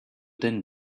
din